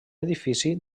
edifici